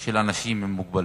של אנשים עם מוגבלות.